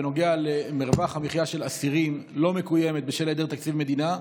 בנוגע למרווח המחיה של אסירים לא מקוימת בשל היעדר תקציב מדינה.